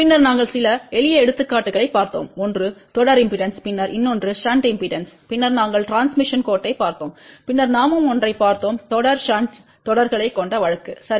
பின்னர் நாங்கள் சில எளிய எடுத்துக்காட்டுகளைப் பார்த்தோம் ஒன்று தொடர் இம்பெடன்ஸ் பின்னர் இன்னொன்று ஷன்ட் இம்பெடன்ஸ் பின்னர் நாங்கள் டிரான்ஸ்மிஷன் கோட்டைப் பார்த்தோம் பின்னர் நாமும் ஒன்றைப் பார்த்தோம் தொடர் ஷன்ட் தொடர்களைக் கொண்ட வழக்கு சரி